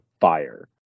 fire